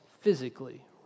physically